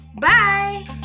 Bye